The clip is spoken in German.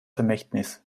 vermächtnis